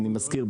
אני מזכיר,